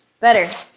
better